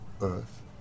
Earth